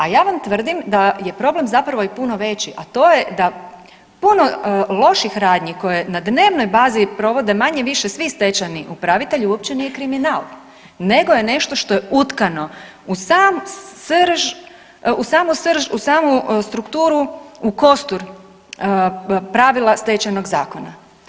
A ja vam tvrdim da je problem zapravo i puno veći, a to je da puno loših radnji koje na dnevnoj bazi provode manje-više svi stečajni upravitelji uopće nije kriminal nego je nešto što je utkano u sam srž, u samu srž, u samu strukturu u kostur pravila Stečajnog zakona.